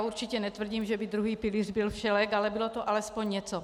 Určitě netvrdím, že byl druhý pilíř byl všelék, ale bylo to alespoň něco.